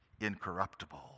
incorruptible